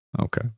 Okay